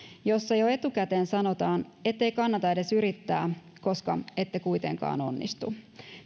jossa jo etukäteen sanotaan ettei kannata edes yrittää koska ette kuitenkaan onnistu